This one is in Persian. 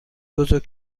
بزرگ